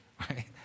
right